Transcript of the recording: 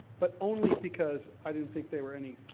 but only because i didn't think they were any,